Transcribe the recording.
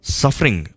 suffering